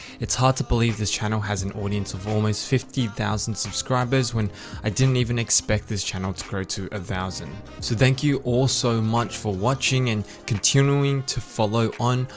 it's hard to believe this channel has an audience of almost fifty thousand subscribers when i didn't even expect this channel to grow to a thousand. so thank you all so much for watching and continuing to follow on.